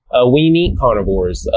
ah we need carnivores.